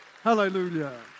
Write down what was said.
Hallelujah